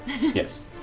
yes